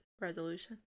resolution